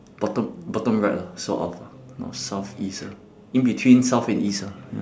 bottom bottom right lah sort of lah north south east ah in between south and east ah ya